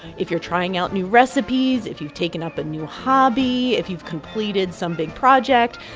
if you're trying out new recipes, if you've taken up a new hobby, if you've completed some big project,